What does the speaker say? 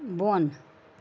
بۄن